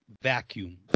vacuum